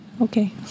okay